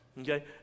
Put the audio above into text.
okay